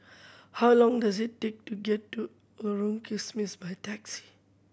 how long does it take to get to Lorong Kismis by taxi